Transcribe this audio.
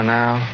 now